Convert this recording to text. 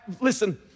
listen